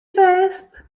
fêst